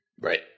Right